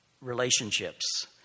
relationships